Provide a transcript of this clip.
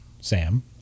Sam